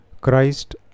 Christ